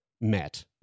met